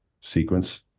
sequence